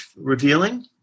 revealing